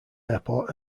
airport